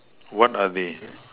what are they